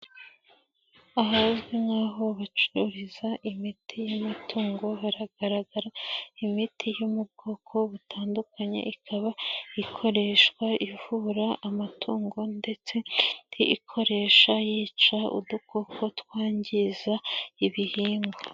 Ahazwi nk'aho bacururiza imiti y'amatungo hagaragara imiti yo mu bwoko butandukanye ikaba ikoreshwa ivura amatungo ndetse ikoresha yica udukoko twangiza ibihingwa.